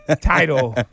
Title